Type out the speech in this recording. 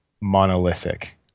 monolithic